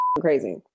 crazy